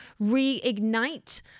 reignite